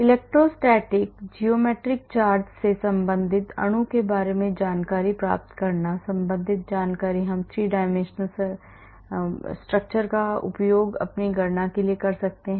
electrostatic geometric charge से संबंधित अणु के बारे में जानकारी प्राप्त करना संबंधित जानकारी हम इन 3 आयामी संरचना का उपयोग अपनी गणना के लिए कर सकते हैं